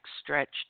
stretched